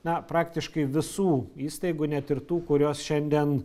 na praktiškai visų įstaigų net ir tų kurios šiandien